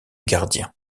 gardien